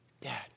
Dad